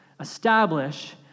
establish